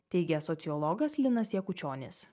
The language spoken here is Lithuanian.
teigia sociologas linas jakučionis